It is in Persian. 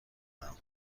دهم